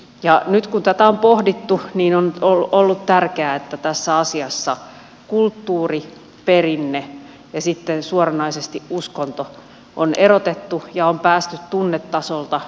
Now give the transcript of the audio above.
nyt kun tätä on pohdittu on ollut tärkeää että tässä asiassa kulttuuri perinne ja sitten suoranaisesti uskonto on erotettu ja on päästy tunnetasolta järkitasolle